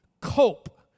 cope